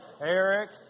Eric